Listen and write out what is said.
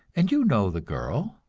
and you know the girl,